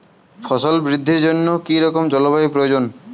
ফসল বৃদ্ধির জন্য কী রকম জলবায়ু প্রয়োজন?